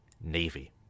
Navy